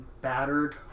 battered